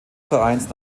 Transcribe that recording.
vereins